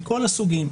מכל הסוגים.